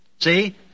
See